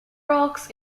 docks